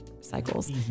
cycles